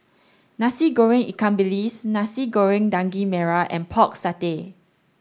Nasi Goreng Ikan Bilis Nasi Goreng Daging Merah and pork satay